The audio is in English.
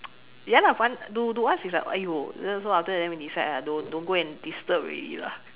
ya lah funny to to us it's like !aiyo! so afterwards then we decide ah don't don't go and disturb already lah